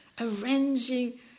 Arranging